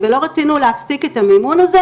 ולא רצינו להפסיק את המימון הזה.